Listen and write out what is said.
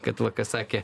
kad va ką sakė